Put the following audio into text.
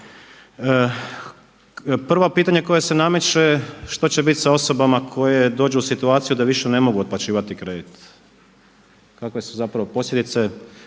Prvo pitanje koje se nameće, što će biti sa osobama koje dođu u situaciju da više ne mogu otplaćivati kredit, kakve su zapravo posljedice,